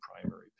primary